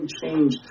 change